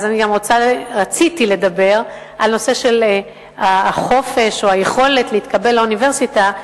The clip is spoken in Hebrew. אז רציתי גם לדבר על הנושא של חופש או היכולת להתקבל לאוניברסיטה,